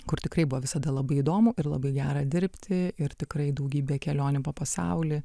kur tikrai buvo visada labai įdomu ir labai gera dirbti ir tikrai daugybė kelionių po pasaulį